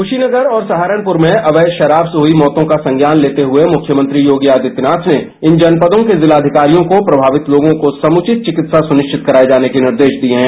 क्शीनगर और सहारनपुर में अवैध शराब से हई मौतों का संज्ञान लेते हुए मुख्यमंत्री योगी आदित्यनाथ ने इन जनपदों के जिलाधिकारियों को प्रभावित लोगों को समुचित चिकित्सा सुनिश्चित कराए जाने के निर्देश दिए हैं